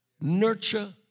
nurture